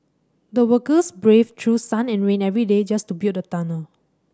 the workers braved through sun and rain every day just to build the tunnel